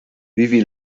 vivi